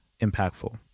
impactful